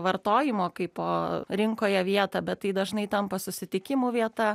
vartojimo kaipo rinkoje vietą bet tai dažnai tampa susitikimų vieta